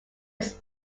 his